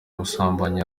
umusambanyi